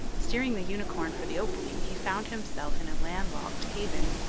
steering the unicorn for the opening, he found himself in a land-locked haven,